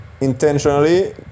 intentionally